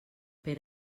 per